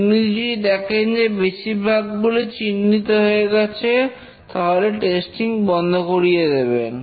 তিনি যদি দেখেন যে বেশির ভাগগুলি চিহ্নিত হয়ে গেছে তাহলে টেস্টিং বন্ধ করিয়ে দেবেন